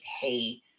hey